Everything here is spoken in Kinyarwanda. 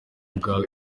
bwa